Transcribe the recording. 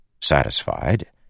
Satisfied